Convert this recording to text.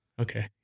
okay